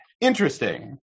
interesting